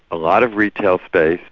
a lot of retail space,